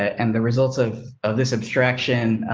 and the results of of this abstraction,